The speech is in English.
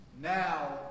now